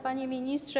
Panie Ministrze!